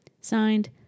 Signed